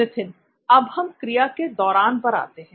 नित्थिन अब हम क्रिया के " दौरान" पर आते हैं